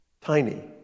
Tiny